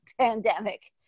pandemic